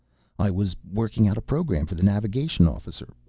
i was working out a program for the navigation officer.